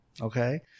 Okay